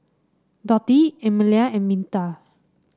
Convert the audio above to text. Dotty Emelia and Minta